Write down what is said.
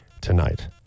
tonight